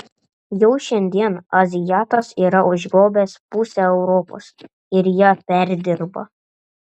jau šiandien azijatas yra užgrobęs pusę europos ir ją perdirba